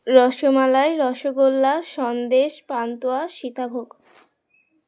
rasmalai rasgulla sandesh pantua Sitabhog